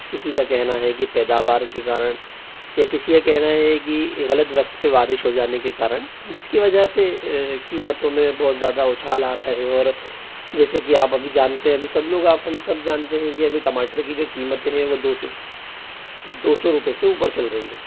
किसी का कहना है कि पैदावार के कारण या किसी का कहना है कि गलत वक्त पर बारिश हो जाने के कारण जिसकी वजह से कीमतों में बहुत ज़्यादा उछाल आ रहा हे और जैसे कि आप अभी जानते हैं अभी सब लोग आप हम सब जानते हैं कि अभी टमाटर की जो कीमतें है वह दो सौ दो सौ रुपये से ऊपर चल रही हैं